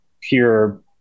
pure